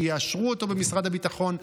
שיאשרו אותו במשרד הביטחון.